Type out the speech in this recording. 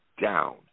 down